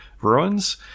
Ruins